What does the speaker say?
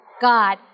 God